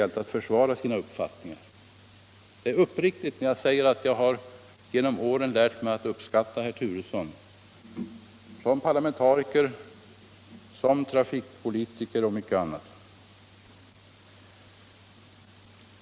Jag är uppriktig när jag säger att jag genom åren lärt mig uppskatta herr Turesson som parlamentariker, som trafikpolitiker för fasthet och mycket annat.